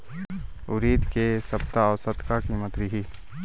उरीद के ए सप्ता औसत का कीमत रिही?